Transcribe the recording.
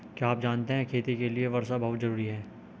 क्या आप जानते है खेती के लिर वर्षा बहुत ज़रूरी है?